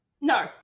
No